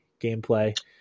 gameplay